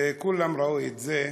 וכולם ראו את זה,